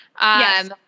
Yes